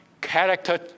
character